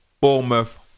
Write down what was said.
Bournemouth